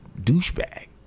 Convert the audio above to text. douchebag